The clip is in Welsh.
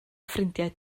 ffrindiau